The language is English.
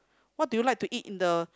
what do you like to eat in the